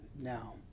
Now